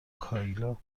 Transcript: کایلا